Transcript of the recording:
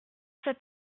cet